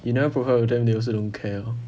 you never provide for them they also don't care lor